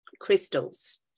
crystals